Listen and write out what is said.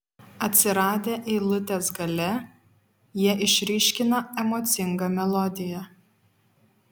atsiradę eilutės gale jie išryškina emocingą melodiją